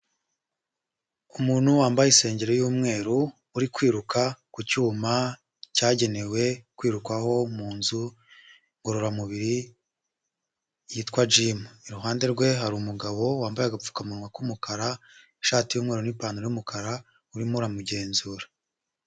Umuntu wambaye insengeri y'umweru uri kwiruka ku cyuma cyagenewe kwirukaho mu nzu ngororamubiri, yitwa Gym, iruhande rwe hari umugabo wambaye agapfukamunwa k'umukara, ishati y'umumweru n'ipantaro y'umukara urimo uramugenzura.